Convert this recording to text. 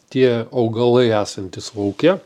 tie augalai esantys lauke